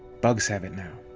bugs have it now.